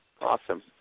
awesome